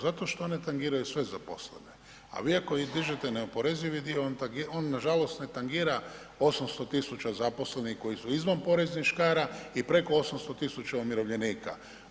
Zato što one tangiraju sve zaposlene, a vi ako izdižete neoporezivi dio on tangira, on nažalost ne tangira 800.000 zaposlenih koji su izvan poreznih škara i preko 800.000 umirovljenika.